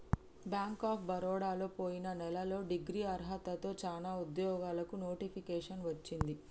bank of బరోడలో పొయిన నెలలో డిగ్రీ అర్హతతో చానా ఉద్యోగాలకు నోటిఫికేషన్ వచ్చింది